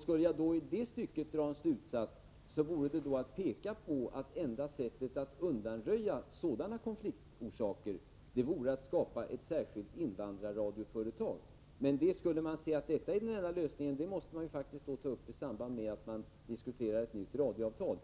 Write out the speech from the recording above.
Skulle jag i det stycket dra en slutsats, vore det att enda sättet att undanröja sådana konfliktorsaker är att skapa ett särskilt invandrarradioföretag. Men om man skulle finna att detta vore den enda lösningen, finge man ta upp den saken i samband med en diskussion om ett nytt radioavtal.